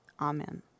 Amen